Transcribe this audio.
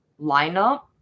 lineup